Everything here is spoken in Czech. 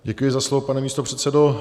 Děkuji za slovo, pane místopředsedo.